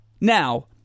Now